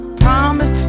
promise